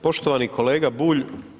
Poštovani kolega Bulj.